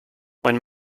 when